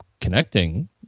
connecting